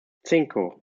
cinco